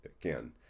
again